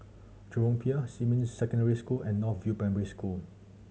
Jurong Pier Xinmin Secondary School and North View Primary School